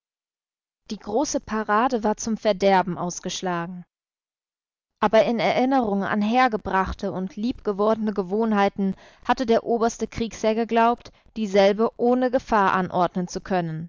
die große parade war zum verderben ausgeschlagen aber in erinnerung an hergebrachte und liebgewordene gewohnheiten hatte der oberste kriegsherr geglaubt dieselbe ohne gefahr anordnen zu können